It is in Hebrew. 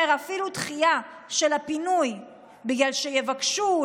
אפילו דחייה של הפינוי בגלל שיבקשו,